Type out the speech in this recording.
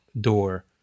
door